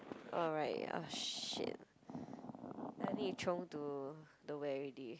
oh right ya shit then I need throw to the where already